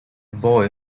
boy